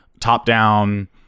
top-down